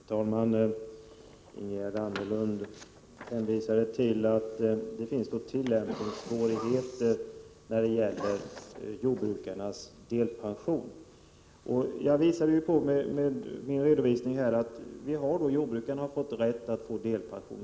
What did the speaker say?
Herr talman! Ingegerd Anderlund hänvisade till att det finns tillämpningssvårigheter när det gäller jordbrukarnas delpension. Jag visade i min redovisning att jordbrukarna har fått rätt till delpension.